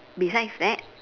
besides that